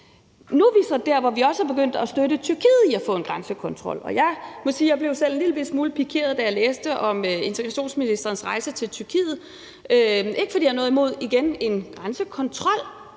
Nu er vi så der, hvor vi også er begyndt at støtte Tyrkiet i at få en grænsekontrol. Og jeg må sige, at jeg selv blev en lille smule pikeret, da jeg læste om udlændinge- og integrationsministerens rejse til Tyrkiet – ikke fordi jeg har noget imod en grænsekontrol.